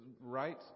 Right